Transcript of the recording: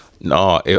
no